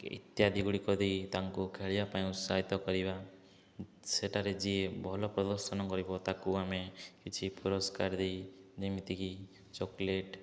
ଇତ୍ୟାଦି ଗୁଡ଼ିକ ଦେଇ ତାଙ୍କୁ ଖେଳିବା ପାଇଁ ଉତ୍ସାହିତ କରିବା ସେଠାରେ ଯିଏ ଭଲ ପ୍ରଦର୍ଶନ କରିବ ତାକୁ ଆମେ କିଛି ପୁରସ୍କାର ଦେଇ ଯେମିତିକି ଚକୋଲେଟ୍